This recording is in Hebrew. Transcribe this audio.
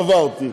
עברתי.